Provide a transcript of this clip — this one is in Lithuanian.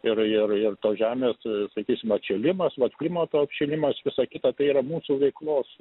ir ir ir tos žemės sakysim atšilimas vat klimato atšilimas visa kita tai yra mūsų veiklos